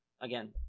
Again